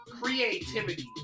creativity